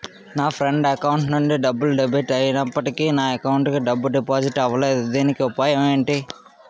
నా friend account నుండి డబ్బు డెబిట్ అయినప్పటికీ నా అకౌంట్ కి డబ్బు డిపాజిట్ అవ్వలేదుదీనికి ఉపాయం ఎంటి?